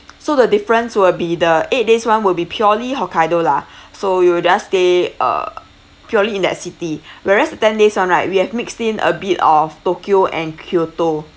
so the difference will be the eight days one will be purely hokkaido lah so you will just stay uh purely in that city whereas the ten days one right we have mixed in a bit of tokyo and kyoto